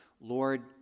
Lord